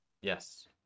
Yes